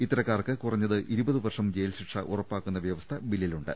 ഇത്തരക്കാർക്ക് കുറഞ്ഞത് ഇരുപത് വർഷം ജയിൽശിക്ഷ ഉറപ്പാക്കുന്ന വ്യവസ്ഥ ബില്ലിലുണ്ട്